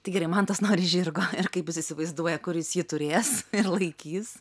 tai gerai mantas nori žirgo ir kaip jis įsivaizduoja kur jis jį turės ir laikys